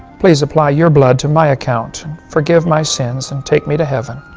please apply your blood to my account. forgive my sins and take me to heaven.